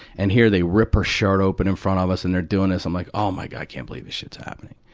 and here they rip her shirt open in front of us, and they're doing this. and i'm like, oh my god, i can't believe this shit's happening.